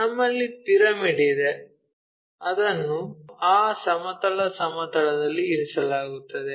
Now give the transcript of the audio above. ನಮ್ಮಲ್ಲಿ ಪಿರಮಿಡ್ ಇದೆ ಅದನ್ನು ಆ ಸಮತಲ ಸಮತಲದಲ್ಲಿ ಇರಿಸಲಾಗುತ್ತದೆ